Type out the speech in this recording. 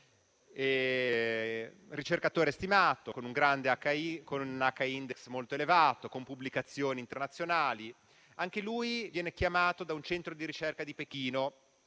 ricercatore stimato con un *H-index* molto elevato, con pubblicazioni internazionali; anche lui viene chiamato da un centro di ricerca di Pechino,